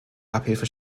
abhilfe